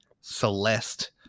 Celeste